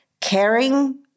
caring